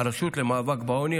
הרשות למאבק בעוני.